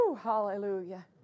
Hallelujah